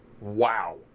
Wow